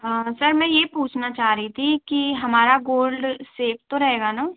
हाँ सर मैं ये पूछना चाह रही थी कि हमारा गोल्ड सेफ तो रहेगा न